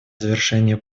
завершение